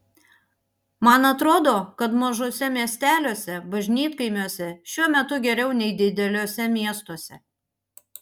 man atrodo kad mažuose miesteliuose bažnytkaimiuose šiuo metu geriau nei dideliuose miestuose